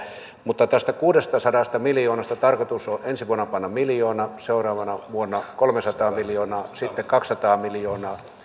mutta tästä kuudestasadasta miljoonasta tarkoitus on ensi vuonna panna toimeen sata miljoonaa seuraavana vuonna kolmesataa miljoonaa sitten kaksisataa miljoonaa